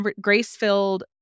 grace-filled